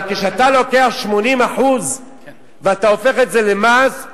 אבל כשאתה לוקח 80% ואתה הופך את זה למס,